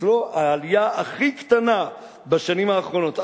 אצלו העלייה הכי קטנה בשנים האחרונות,